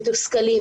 מתוסכלים,